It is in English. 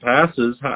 passes